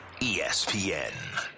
ESPN